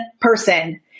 person